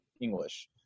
English